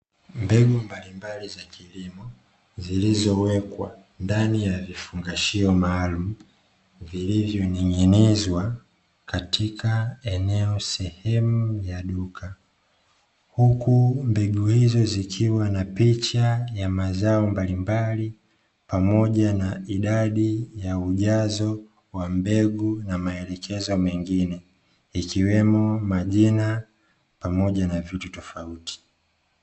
Mbegu mbalimbali za kilimo, zilizowekwa ndani ya vifungashio maalumu, vilivyoning'inizwa katika eneo sehemu ya duka, huku mbegu hizo zikiwa na picha ya mazao mbalimbali pamoja na idadi ya ujazo wa mbegu na maelekezo mengine, ikiwemo majina pamoja na vitu tofauti.